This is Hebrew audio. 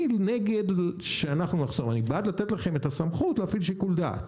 אני בעד לתת לכם את הסמכות להפעיל שיקול דעת,